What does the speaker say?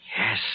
Yes